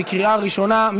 בקריאה ראשונה.